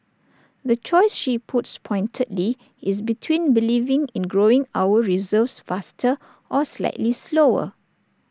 the choice she puts pointedly is between believing in growing our reserves faster or slightly slower